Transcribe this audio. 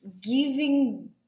giving